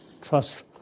trust